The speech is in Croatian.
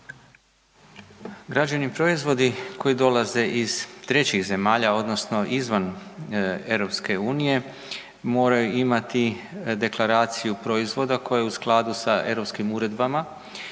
Građevni proizvodi koji dolaze iz trećih zemalja odnosno izvan EU moraju imati deklaraciju proizvoda koja je u skladu sa europskim uredbama